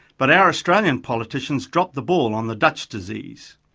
but our australian politicians dropped the ball on the dutch disease.